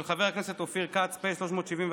של חבר הכנסת אופיר כץ, פ/374/25,